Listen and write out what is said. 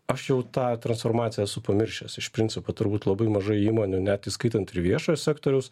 aš jau tą transformaciją esu pamiršęs iš principo turbūt labai mažai įmonių net įskaitant ir viešojo sektoriaus